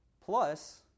Plus